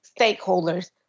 stakeholders